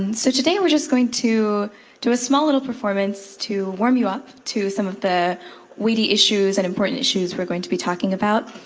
and so today, we're just going to do a small little performance to warm you up to some of the witty issues and important issues we're going to be talking about.